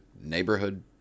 neighborhood